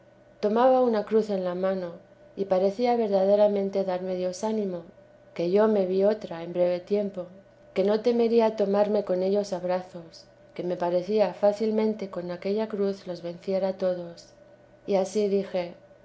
tomaba una cruz en la mano y parecía verdaderamente darme dios ánimo que yo me vi otra en breve tiempo que no temería tomarme con ellos a brazos que me parecía fácilmente con aquella cruz los venciera todos y ansí dije